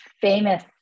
famous